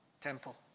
temple